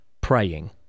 praying